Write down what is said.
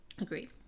Agreed